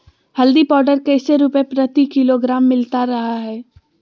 हल्दी पाउडर कैसे रुपए प्रति किलोग्राम मिलता रहा है?